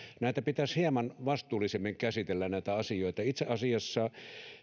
näitä asioita pitäisi hieman vastuullisemmin käsitellä itse asiassa